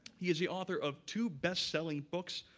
he is the author of two bestselling books,